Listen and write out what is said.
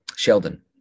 Sheldon